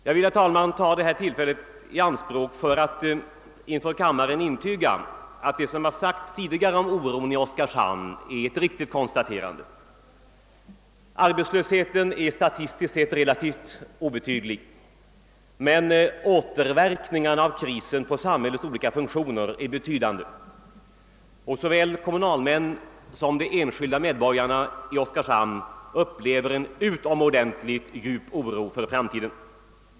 Jag vill, herr talman, ta detta tillfälle i anspråk för att inför kammaren intyga att det som tidigare har sagts om oron i Oskarshamn är ett riktigt konstaterande. Arbetslösheten är statistiskt sett relativt obetydlig, men återverkningarna av krisen på samhällets olika funktioner är betydande. Såväl kommunalmännen som de enskilda medborgarna i Oskarshamn upplever en utomordentligt djup oro för framtiden.